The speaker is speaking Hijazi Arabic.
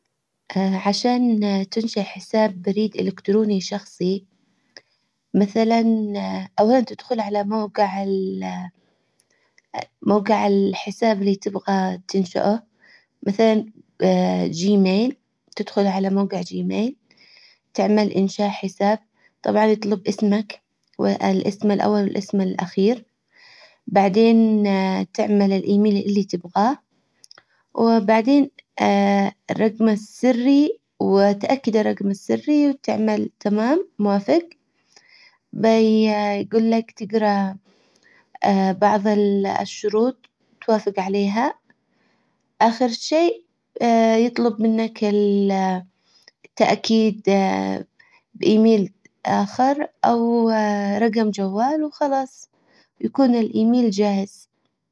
عشان تنشأ حساب بريد الكتروني شخصي. مثلا اولا تدخل على موقع موجع الحساب اللي تبغى تنشأه. مثلا جي ميل تدخل على موقع جي ميل. تعمل انشاء حساب طبعا يطلب اسمك والاسم الاول والاسم الاخير. بعدين تعمل الايميل اللي تبغاه. وبعدين الرقم السري وتأكد الرقم السري وتعمل تمام موافق. يجول لك تجرا بعظ الشروط توافج عليها. اخر شئ يطلب منك التأكيد بايميل اخر او رجم جوال وخلاص. يكون الايميل جاهز.